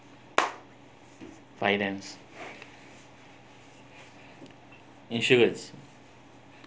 finance insurance